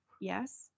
yes